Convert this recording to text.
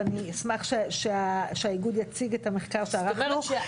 ואני אשמח שהאיגוד יציג את המחקר שערכנו.